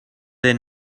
their